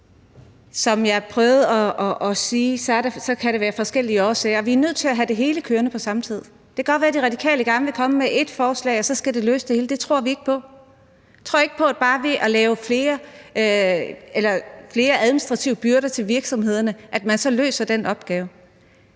der. Som jeg prøvede at sige, kan der være forskellige årsager. Vi er nødt til at have det hele kørende på samme tid. Det kan godt være, at De Radikale gerne vil komme med ét forslag, og så skal det løse det hele, men det tror vi ikke på. Vi tror ikke på, at vi bare ved at lave flere administrative byrder til virksomhederne løser den opgave.